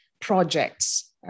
projects